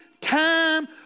time